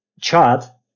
chat